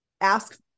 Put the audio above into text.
ask